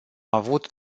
avut